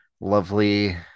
lovely